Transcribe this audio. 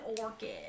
orchid